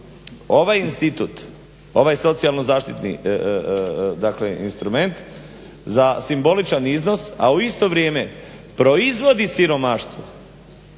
ovaj institut, ovaj socijalno zaštitni instrument za simboličan iznos, a u isto vrijeme proizvodi siromaštvo,